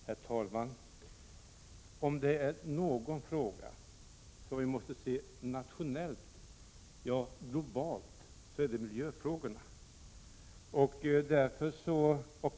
Herr talman! Om det är några frågor som vi måste se på nationellt — ja, globalt — så är det miljöfrågorna.